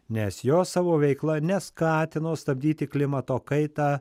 nes jos savo veikla neskatino stabdyti klimato kaitą